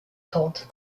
taught